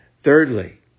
Thirdly